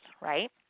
right